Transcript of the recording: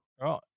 Right